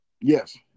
Yes